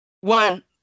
one